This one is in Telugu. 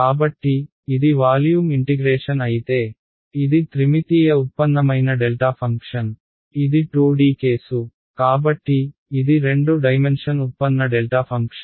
కాబట్టి ఇది వాల్యూమ్ ఇంటిగ్రేషన్ అయితే ఇది త్రిమితీయ ఉత్పన్నమైన డెల్టా ఫంక్షన్ ఇది 2D కేసు కాబట్టి ఇది రెండు డైమెన్షన్ ఉత్పన్న డెల్టా ఫంక్షన్